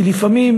כי לפעמים